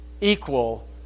equal